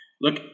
look